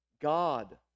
God